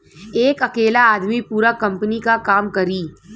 एक अकेला आदमी पूरा कंपनी क काम करी